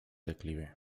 declive